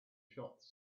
shots